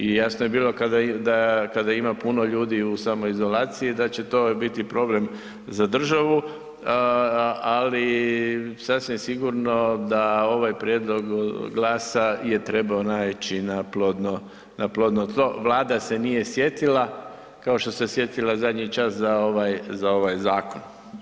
I jasno je bilo kada, da kada ima puno ljudi u samoizolaciji da će to biti problem za državu, ali sasvim sigurno da ovaj prijedlog GLAS-a je trebao naići na plodno tlo, Vlada se nije sjetila kao što se sjetila zadnji čas za ovaj zakon.